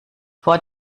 vor